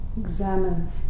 Examine